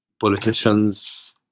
politicians